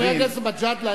חבר הכנסת מג'אדלה,